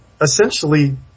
essentially